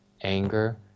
anger